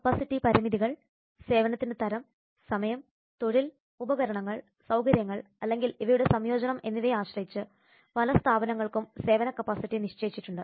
capacity പരിമിതികൾ സേവനത്തിന്റെ തരം സമയം തൊഴിൽ ഉപകരണങ്ങൾ സൌകര്യങ്ങൾ അല്ലെങ്കിൽ ഇവയുടെ സംയോജനം എന്നിവയെ ആശ്രയിച്ച് പല സ്ഥാപനങ്ങൾക്കും സേവന കപ്പാസിറ്റി നിശ്ചയിച്ചിട്ടുണ്ട്